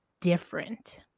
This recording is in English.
different